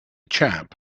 chap